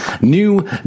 New